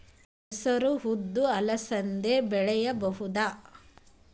ಹೆಸರು ಉದ್ದು ಅಲಸಂದೆ ಬೆಳೆಯಬಹುದಾ?